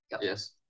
Yes